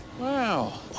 wow